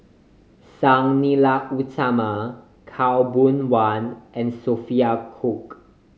Sang Nila Utama Khaw Boon Wan and Sophia Cooke